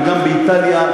וגם באיטליה,